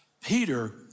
Peter